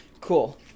Cool